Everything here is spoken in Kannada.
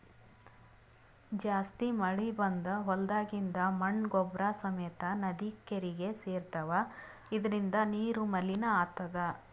ಜಾಸ್ತಿ ಮಳಿ ಬಂದ್ ಹೊಲ್ದಾಗಿಂದ್ ಮಣ್ಣ್ ಗೊಬ್ಬರ್ ಸಮೇತ್ ನದಿ ಕೆರೀಗಿ ಸೇರ್ತವ್ ಇದರಿಂದ ನೀರು ಮಲಿನ್ ಆತದ್